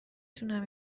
تونم